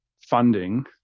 funding